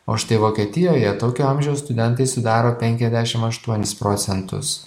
o štai vokietijoje tokio amžiaus studentai sudaro penkiasdešim aštuonis procentus